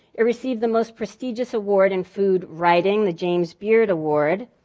it received the most prestigious award in food writing, the james beard award.